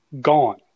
gone